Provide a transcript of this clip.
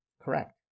Correct